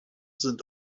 sind